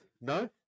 No